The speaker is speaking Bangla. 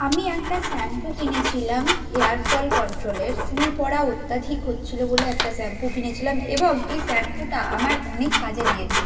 আমি একটা শ্যাম্পু কিনেছিলাম হেয়ারফল কন্ট্রোলের চুল পড়া অত্যাধিক হচ্ছিলো বলে একটা শ্যাম্পু কিনেছিলাম এবং এই শ্যাম্পুটা আমার অনেক কাজে দিয়েছে